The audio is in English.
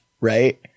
right